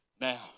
now